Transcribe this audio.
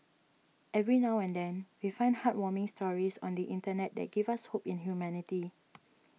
every now and then we find heartwarming stories on the internet that give us hope in humanity